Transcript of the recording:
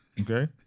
Okay